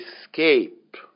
escape